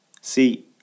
See